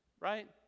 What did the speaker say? Right